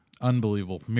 Unbelievable